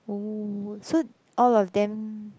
oh so all of them